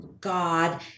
God